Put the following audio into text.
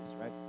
right